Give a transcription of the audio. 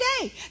today